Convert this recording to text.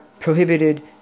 prohibited